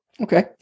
Okay